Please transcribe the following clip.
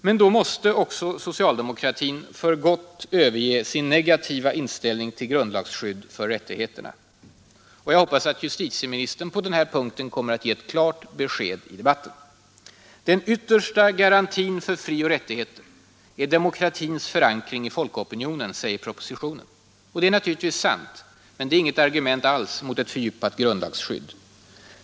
Men då måste också socialdemokratin för gott överge sin negativa inställning till grundlagsskydd för rättigheterna. Jag hoppas att justitieministern på den här punkten kommer att ge ett klart besked i debatten. ”Den yttersta garantin för frioch rättigheter är demokratins förankring i folkopinionen”, säger propositionen. Det är naturligtvis sant — men det är inget argument mot ett fördjupat grundlagsskydd.